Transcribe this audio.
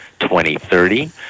2030